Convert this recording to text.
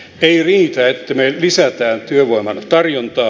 ei riitä että me lisäämme työvoiman tarjontaa